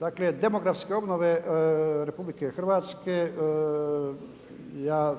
dakle demografske obnove RH ja,